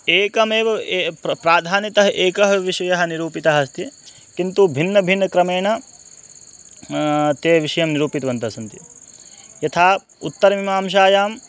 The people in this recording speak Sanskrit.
एकमेव ए प्र प्राधान्यतः एकः विषयः निरूपितः अस्ति किन्तु भिन्नभिन्नक्रमेण ते विषयं निरूपितवन्तः सन्ति यथा उत्तरमिमांसायां